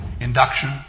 induction